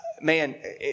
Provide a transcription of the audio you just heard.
Man